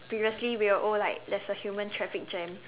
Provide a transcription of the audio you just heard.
previously we were oh like there is a human traffic jam